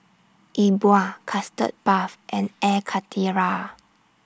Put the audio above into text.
E Bua Custard Puff and Air Karthira